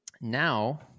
now